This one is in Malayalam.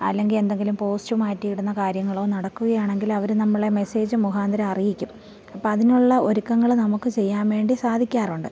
അല്ലെങ്കിൽ എന്തെങ്കിലും പോസ്റ്റ് മാറ്റി ഇടുന്ന കാര്യങ്ങളോ നടക്കുകയാണെങ്കിൽ അവർ നമ്മളെ മെസ്സേജ് മുഖാന്തരം അറിയിക്കും അപ്പ അതിനുള്ള ഒരുക്കങ്ങൾ നമുക്ക് ചെയ്യാൻ വേണ്ടി സാധിക്കാറുണ്ട്